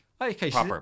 okay